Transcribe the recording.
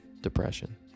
Depression